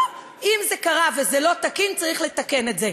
לא, אם זה קרה וזה לא תקין, צריך לתקן את זה.